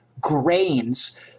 grains